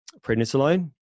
prednisolone